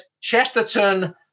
Chesterton